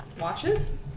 Watches